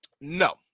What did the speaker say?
No